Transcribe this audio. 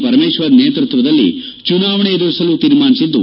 ಪರಮೇಶ್ವರ್ ನೇತೃತ್ವದಲ್ಲಿ ಚುನಾವಣೆ ಎದುರಿಸಲು ತೀರ್ಮಾನಿಸಿದ್ದು